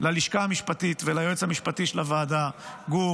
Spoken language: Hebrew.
ללשכה המשפטית וליועץ המשפטי של הוועדה גור